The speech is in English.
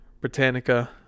Britannica